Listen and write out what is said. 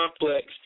complex